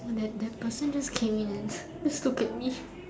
that that person just came in and just look at me